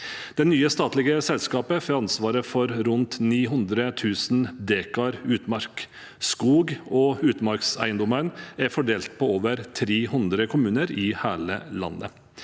Det nye statlige selskapet får ansvaret for rundt 900 000 dekar utmark. Skog- og utmarkseiendommene er fordelt på over 300 kommuner i hele landet.